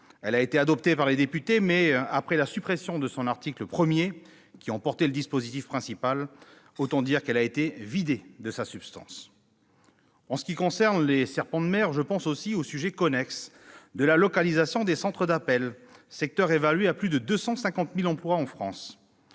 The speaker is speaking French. Elle a été adoptée par les députés, mais après la suppression de son article 1, qui en portait le dispositif principal ; autant dire qu'elle a été vidée de sa substance ... Puisque l'on parle de serpent de mer, je pense aussi au sujet connexe de la localisation des centres d'appel, secteur évalué à plus de 250 000 emplois en France.